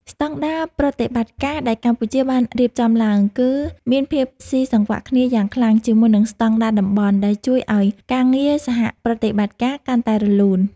ស្តង់ដារប្រតិបត្តិការដែលកម្ពុជាបានរៀបចំឡើង គឺមានភាពស៊ីសង្វាក់គ្នាយ៉ាងខ្លាំងជាមួយនឹងស្តង់ដារតំបន់ ដែលជួយឱ្យការងារសហប្រតិបត្តិការកាន់តែរលូន។